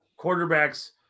quarterbacks